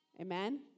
Amen